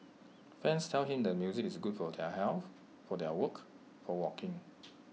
fans tell him the music is good for their health for their work for walking